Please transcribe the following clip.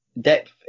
depth